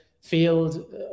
field